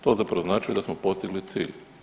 To zapravo znači da smo postigli cilj.